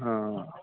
হ্যাঁ